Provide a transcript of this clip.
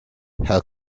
herr